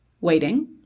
waiting